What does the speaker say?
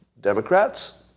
Democrats